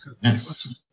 Yes